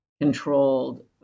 controlled